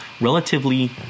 relatively